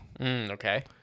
Okay